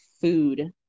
food